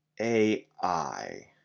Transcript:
AI